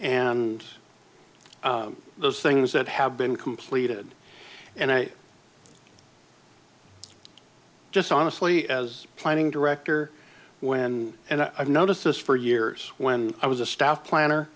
and those things that have been completed and i just honestly as planning director when i've noticed this for years when i was a staff planner